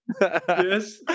Yes